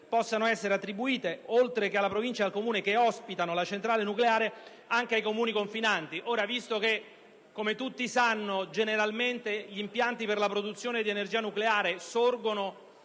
possano essere attribuire, oltre che alla Provincia e al Comune che ospitano la centrale nucleare, anche ai Comuni confinanti. Visto che, come tutti sanno, generalmente gli impianti per la produzione di energia nucleare sorgono